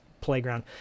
playground